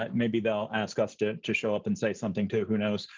but maybe they'll ask us to to show up and say something too, who knows?